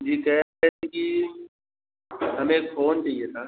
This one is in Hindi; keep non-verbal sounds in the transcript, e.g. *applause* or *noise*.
जी *unintelligible* जी हमें फ़ोन चाहिए था